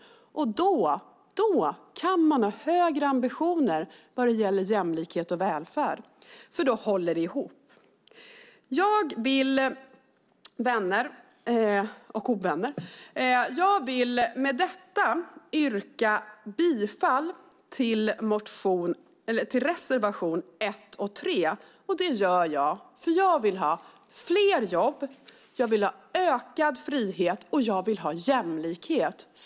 Då kan man ha högre ambitioner vad gäller jämlikhet och välfärd, för då håller det ihop. Vänner och ovänner! Jag yrkar med detta bifall till reservationerna 1 och 3. Det gör jag för att jag vill ha fler jobb, ökad frihet och jämlikhet.